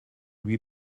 lui